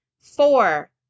Four